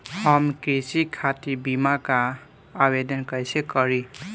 हम कृषि खातिर बीमा क आवेदन कइसे करि?